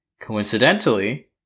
Coincidentally